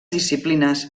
disciplines